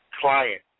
client